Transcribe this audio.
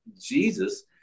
Jesus